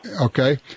Okay